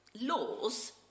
laws